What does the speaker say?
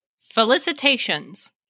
felicitations